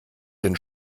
den